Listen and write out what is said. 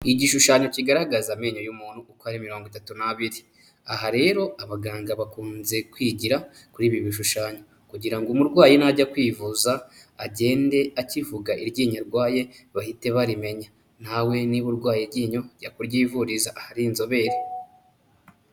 Igishushanyo kigaragaza amenyo y'umuntu uko ari mirongo itatu n'abiri. Aha rero abaganga bakunze kwigira kuri ibi bishushanyo, kugira umurwayi najya kwivuza agende akivuga iryinyo arwaye bahite barimenya. Nawe niba urwaye iryinyo jya kuryivuriza ahari inzobere.